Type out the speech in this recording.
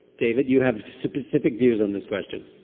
david? you have specific views on this question?